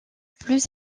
plus